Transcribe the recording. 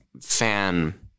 fan